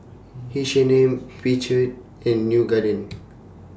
H and M Picard and New Garden